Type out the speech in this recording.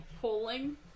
pulling